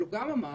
הוא גם אמר